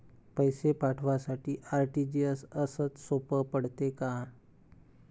पैसे पाठवासाठी आर.टी.जी.एसचं सोप पडते का?